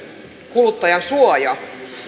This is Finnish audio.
kuluttajansuoja